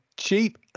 Cheap